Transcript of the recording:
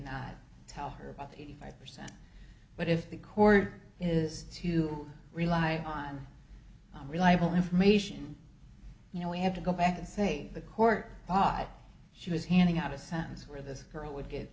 didn't tell her about eighty five percent but if the court is to rely on reliable information you know we have to go back and say the court by she was handing out a sense where this girl would get